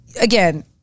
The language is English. again